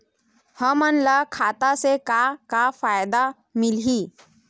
हमन ला खाता से का का फ़ायदा मिलही?